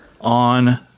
on